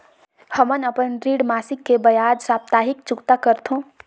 हमन अपन ऋण मासिक के बजाय साप्ताहिक चुकता करथों